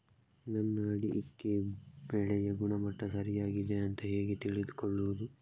ನನ್ನ ಅಡಿಕೆ ಬೆಳೆಯ ಗುಣಮಟ್ಟ ಸರಿಯಾಗಿ ಇದೆಯಾ ಅಂತ ಹೇಗೆ ತಿಳಿದುಕೊಳ್ಳುವುದು?